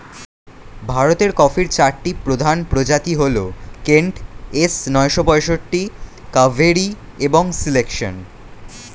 ভারতের কফির চারটি প্রধান প্রজাতি হল কেন্ট, এস নয়শো পঁয়ষট্টি, কাভেরি এবং সিলেকশন